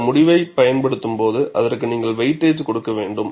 இந்த முடிவுகளைப் பயன்படுத்தும்போது அதற்கு நீங்கள் வெயிட்டேஜ் கொடுக்க வேண்டும்